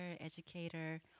educator